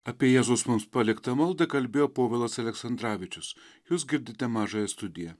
apie jėzus mums paliktą maldą kalbėjo povilas aleksandravičius jūs girdite mažąją studiją